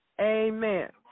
Amen